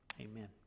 Amen